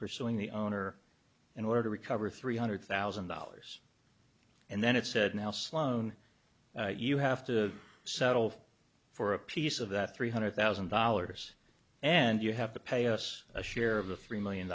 pursuing the owner in order to recover three hundred thousand dollars and then it said now sloan you have to settle for a piece of that three hundred thousand dollars and you have to pay us a share of a three million